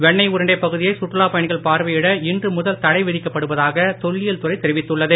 வெண்ணை உருண்டைப் பகுதியை சுற்றுலாப் பயணிகள் பார்வையிட இன்று முதல் தடை விதிக்கப்படுவதாக தொல்லியல் துறை தெரிவித்துள்ளது